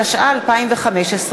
התשע"ה 2015,